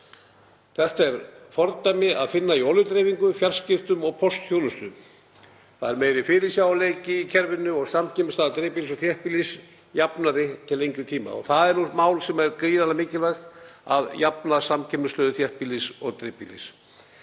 Það er fordæmi að finna í olíudreifingu, fjarskiptum og póstþjónustu. Það yrði meiri fyrirsjáanleiki í kerfinu og samkeppnisstaða dreifbýlis og þéttbýlis yrði jafnari til lengri tíma og það er mál sem er gríðarlega mikilvægt, að jafna samkeppnisstöðu þéttbýlis og dreifbýlis.